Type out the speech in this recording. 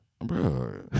Bro